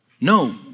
No